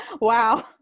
Wow